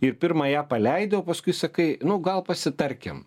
ir pirma ją paleidau paskui sakai nu gal pasitarkim